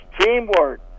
teamwork